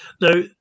now